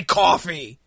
coffee